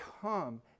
come